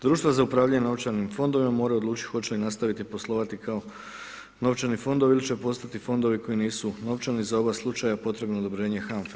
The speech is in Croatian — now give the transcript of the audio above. Društva za upravljanje novčanim fondovima moraju odlučiti hoće li nastaviti poslovati kao novčani fondovi ili će postati fondovi koji nisu novčani, za oba slučaja potrebno je odobrenje HANFE.